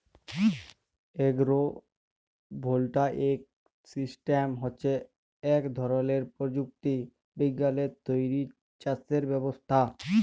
agro voltaic system হছে ইক ধরলের পরযুক্তি বিজ্ঞালে তৈরি চাষের ব্যবস্থা